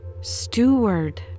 Steward